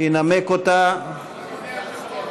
ניסו לתמוך בהצעה אבל לא הסתייע,